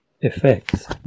effects